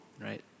right